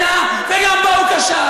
לחנינה, וגם בה הוא כשל.